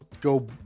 go